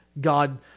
God